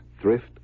thrift